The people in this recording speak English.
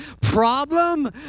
Problem